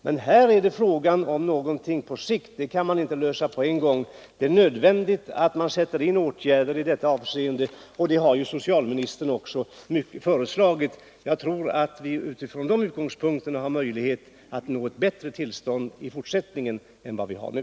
Det är dock någonting som måste ske på sikt — de problemen kan man inte lösa med en gång. Men det är nödvändigt att sätta in åtgärder i detta avseende, och det har socialministern också föreslagit. Jag tror att vi från de utgångspunkterna har möjlighet att nå ett bättre tillstånd i fortsättningen än vi har nu.